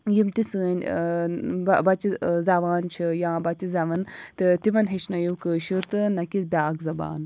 یِم تہِ سٲنۍ بَچہِ زٮ۪وان چھِ یا بَچہِ زٮ۪ون تہٕ تِمن ہیٚچھنٲوِو کٲشُر تہٕ نہَ کہِ بیٛاکھ زَبان